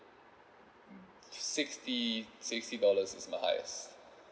sixty sixty dollars is my highest